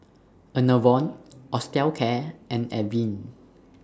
Enervon Osteocare and Avene